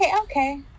Okay